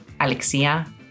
Alexia